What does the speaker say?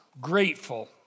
grateful